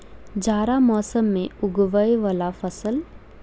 जाड़ा मौसम मे उगवय वला फसल?